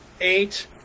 eight